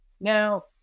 Now